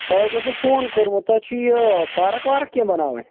تُہۍ حظ اوسوٕ فون کوٚرمُت تُہۍ چھِ یہِ پارَک وارَک کیٚنٛہہ بَناوٕنۍ